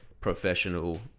professional